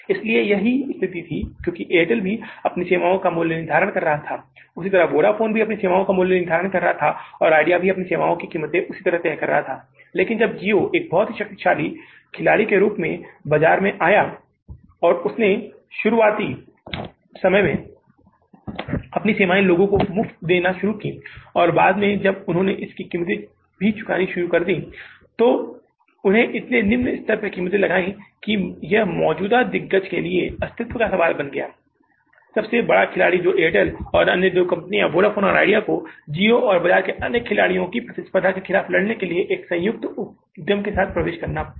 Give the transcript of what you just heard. इसलिए यही स्थिति थी क्योंकि एयरटेल भी अपनी सेवाओं का मूल्य निर्धारण कर रहा था उसी तरह वोडाफोन भी अपनी सेवाओं का मूल्य निर्धारण कर रहा था और आइडिया भी अपनी सेवाओं की कीमत उसी तरह तय कर रही थी लेकिन जब Jio एक बहुत ही शक्तिशाली खिलाड़ी के रूप में बाजार में आया और शुरुआत में उन्होंने अपनी सेवाएँ लोगों को मुफ्त में देनी शुरू कर दीं और बाद में जब उन्होंने इसकी कीमत भी चुकानी शुरू कर दी तो उन्होंने इतने निम्न स्तर की कीमत लगाई कि यह मौजूदा दिग्गज के लिए अस्तित्व का सवाल बन गया सबसे बड़ा खिलाड़ी जो Airtel और अन्य दो कंपनियां हैं वोडाफोन और आइडिया को Jio और बाजार के अन्य खिलाड़ियों की प्रतिस्पर्धा के खिलाफ लड़ने के लिए एक संयुक्त उद्यम के साथ प्रवेश करना था